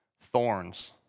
thorns